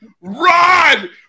Run